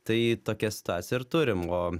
tai tokią situaciją ir turim o